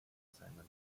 simon